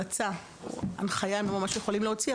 היועצים המשפטיים המלצה הם לא ממש יכולים להוציא הנחיה,